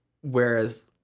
whereas